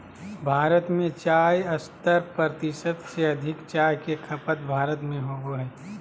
भारत में चाय के सत्तर प्रतिशत से अधिक चाय के खपत भारत में होबो हइ